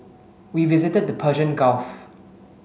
we visited the Persian Gulf